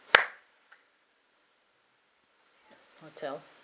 hotel